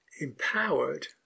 empowered